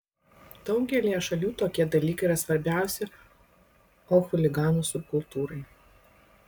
daugelyje šalių tokie dalykai yra svarbiausi o chuliganų subkultūrai